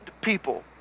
people